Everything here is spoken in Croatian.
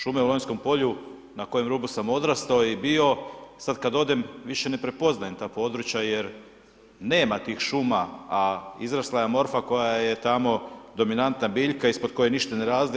Šume u Lonjskom polju na kojem rubu sam odrastao i bio, sad kad odem više ne prepoznajem ta područja jer nema tih šuma, a izrasla je morfa koja je tamo dominantna biljka ispod koje ništa ne raste.